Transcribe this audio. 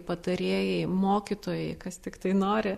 patarėjai mokytojai kas tiktai nori